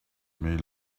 may